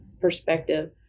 perspective